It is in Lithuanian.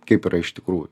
kaip yra iš tikrųjų